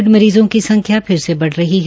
Covid मरीजों की संख्या फिर से बढ़ रही है